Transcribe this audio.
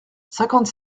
cinquante